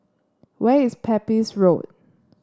where is Pepys Road